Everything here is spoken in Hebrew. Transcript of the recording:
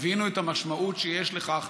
תבינו את המשמעות שיש לכך,